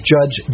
Judge